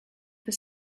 for